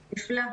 נפלא.